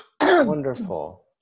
Wonderful